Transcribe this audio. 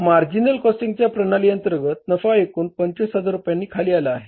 marginal कॉस्टिंगच्या प्रणाली अंतर्गत नफा एकूण 25000 रुपयांनी खाली आला आहे